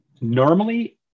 normally